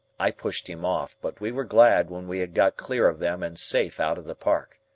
i pushed him off, but we were glad when we had got clear of them and safe out of the park.